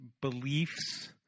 beliefs